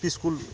up school